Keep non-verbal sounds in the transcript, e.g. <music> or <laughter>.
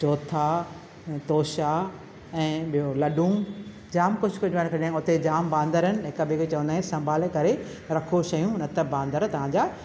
चोथा तोशा ऐं ॿियो लॾूं जाम कुझु कुझु <unintelligible> हुते जाम बांदरनि हिकु ॿिए खे चवंदासि संभाले करे रखो शयूं न त बांदरु तव्हांजा